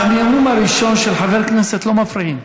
בנאום הראשון של חבר הכנסת לא מפריעים,